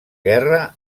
guerra